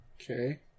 Okay